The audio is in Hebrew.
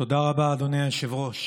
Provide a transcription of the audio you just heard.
תודה רבה, אדוני היושב-ראש.